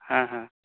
ᱦᱮᱸ ᱦᱮᱸ